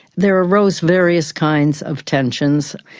there arose various kinds of tensions.